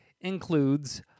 includes